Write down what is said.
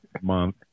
month